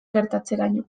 gertatzeraino